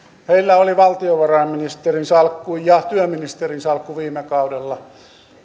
heillä oli valtiovarainministerin salkku ja työministerin salkku viime kaudella